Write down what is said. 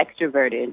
extroverted